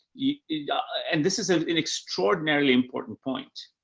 yeah and this is ah an extraordinarily important point.